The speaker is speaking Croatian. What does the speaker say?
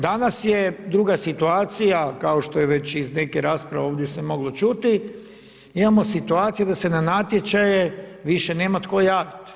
Danas je druga situacija, kao što je već iz neke rasprave ovdje se moglo čuti, imamo situaciju da se na natječaje više nema tko javiti.